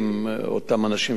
אותם אנשים שהיו שם,